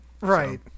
Right